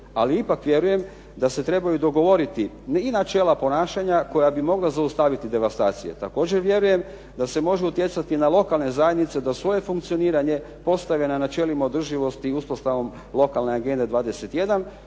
ali ipak vjerujem da se trebaju dogovoriti i načela ponašanja koja bi mogla zaustaviti devastacije. Također vjerujem da se može utjecati na lokalne zajednice da svoje funkcioniranje postave na načelima održivosti i uspostavom lokalne agende 21,